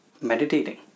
meditating